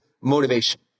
motivation